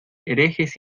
herejes